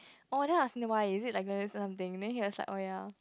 orh then I asked him why is it like or something then he was like orh ya